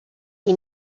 you